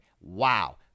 Wow